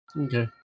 okay